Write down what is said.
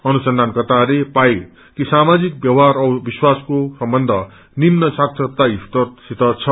अनुसन्यान कर्ताहस्ले पाए कि सामाजिक व्यवहार जौ विश्वासको सम्बन्य निम्न साक्षरता स्तरसित छ